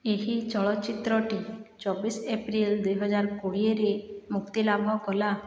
ଏହି ଚଳଚ୍ଚିତ୍ରଟି ଚବିଶ ଏପ୍ରିଲ ଦୁଇହଜାର କୋଡ଼ିଏରେ ମୁକ୍ତିଲାଭ କଲା